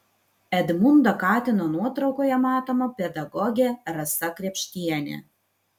edmundo katino nuotraukoje matoma pedagogė rasa krėpštienė